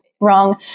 wrong